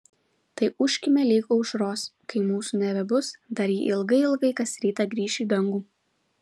tai ūžkime lig aušros kai mūsų nebebus dar ji ilgai ilgai kas rytą grįš į dangų